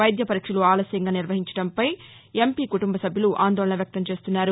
వైద్య పరీక్షలు ఆలస్యంగా నిర్వహించడంపై ఎంపీ కుటుంబ సభ్యులు ఆందోళన వ్యక్తం చేస్తున్నారు